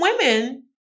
women